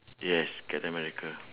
yes captain america